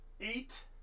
eight